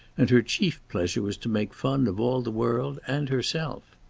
and her chief pleasure was to make fun of all the world and herself.